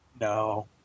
no